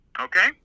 Okay